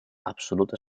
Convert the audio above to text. absoluta